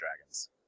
Dragons